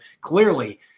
clearly